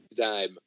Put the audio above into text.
time